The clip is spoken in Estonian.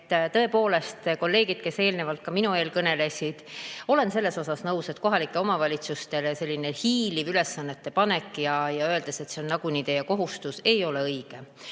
Tõepoolest olen kolleegidega, kes eelnevalt, minu eel kõnelesid, nõus selles, et kohalikele omavalitsustele selline hiiliv ülesannete panek, öeldes, et see on nagunii teie kohustus, ei ole õige.